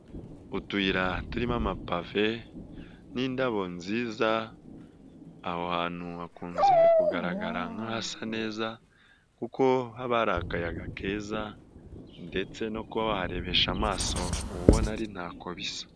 Utuyira turimo amapave n'indabo nziza, aho hantu hakunze kugaragara nk'ahasa neza kuko haba hari akayaga keza, ndetse no kuba waharebesha amaso uba ubona ari ntako bisa.